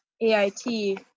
AIT